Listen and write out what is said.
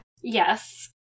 Yes